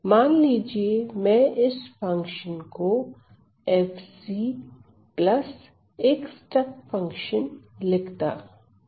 मान लीजिए मैं इस फंक्शन को fc प्लस एक स्टेप फंक्शन कहता हूं